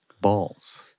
balls